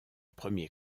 premier